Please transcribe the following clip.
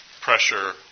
pressure